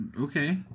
Okay